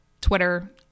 Twitter